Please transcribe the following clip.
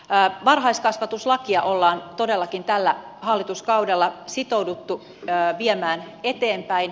varhaiskasvatuslakia on todellakin tällä hallituskaudella sitouduttu viemään eteenpäin